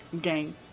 gang